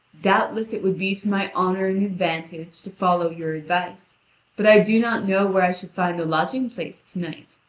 doubtless it would be to my honour and advantage to follow your advice but i do not know where i should find a lodging-place to-night.